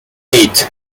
eight